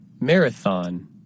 marathon